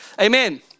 amen